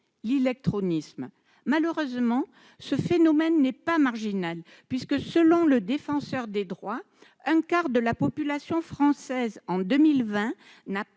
l'illectronisme. Malheureusement, ce phénomène n'est pas marginal, puisque, selon le Défenseur des droits, un quart de la population française n'a toujours pas